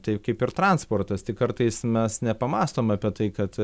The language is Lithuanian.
tai kaip ir transportas tik kartais mes nepamąstom apie tai kad